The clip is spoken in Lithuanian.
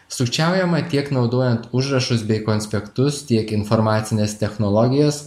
sukčiaujama tiek naudojant užrašus bei konspektus tiek informacinės technologijos